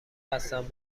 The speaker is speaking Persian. هستم